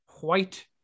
White